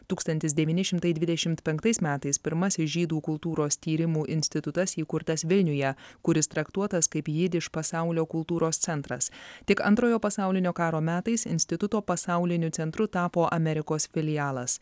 tūkstantis devyni šimtai dvidešimt penktais metais pirmasis žydų kultūros tyrimų institutas įkurtas vilniuje kuris traktuotas kaip jidiš pasaulio kultūros centras tik antrojo pasaulinio karo metais instituto pasauliniu centru tapo amerikos filialas